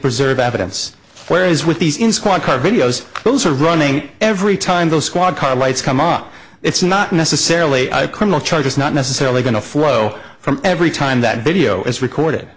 preserve evidence whereas with these in squad car videos those are running every time the squad car lights come on it's not necessarily a criminal charge is not necessarily going to flow from every time that video is recorded